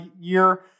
year